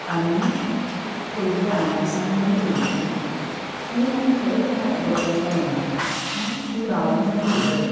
आमी पयलीं आयनोक्सान मुवी पळयतलीं तुवेंन आनी खंयच वचपाक जायना आं तूं रावोंक जाय थंयसर